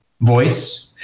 voice